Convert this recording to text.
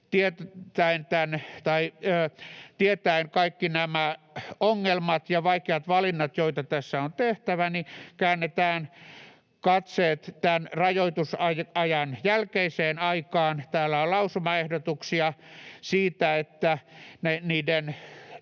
tietäen kaikki nämä ongelmat ja vaikeat valinnat, joita tässä on tehtävä, jo tämän rajoitusajan jälkeiseen aikaan. Täällä on lausumaehdotuksia siitä, että